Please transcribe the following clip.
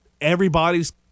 everybody's